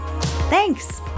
Thanks